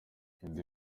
indi